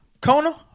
Kona